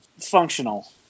functional